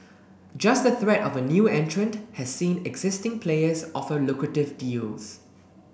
just the threat of a new entrant has seen existing players offer lucrative deals